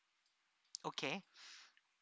okay